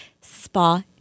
spa